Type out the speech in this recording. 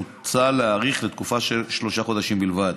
מוצע להאריך לתקופה של שלושה חודשים בלבד,